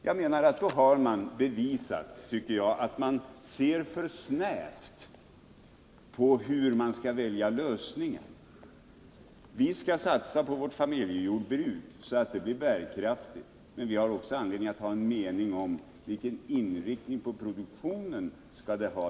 Jag menar att man under sådana förhållanden gjort klart att man ser för snävt på hur man skall välja lösningar. Vi skall satsa på vårt familjejordbruk så att det blir bärkraftigt, men vi har också anledning att ha en mening om vilken inriktning på produktionen vi skall ha.